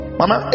mama